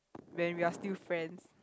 when we are still friends